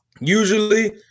Usually